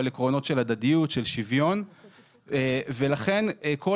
על עקרונות של הדדיות ושל שוויון ולכן כל